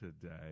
today